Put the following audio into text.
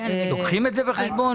לוקחים את זה בחשבון?